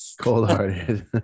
cold-hearted